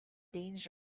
danger